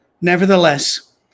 Nevertheless